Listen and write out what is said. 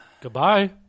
goodbye